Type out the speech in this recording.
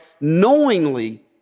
knowingly